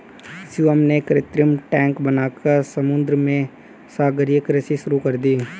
शिवम ने कृत्रिम टैंक बनाकर समुद्र में सागरीय कृषि शुरू कर दी